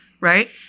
Right